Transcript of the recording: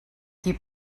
qui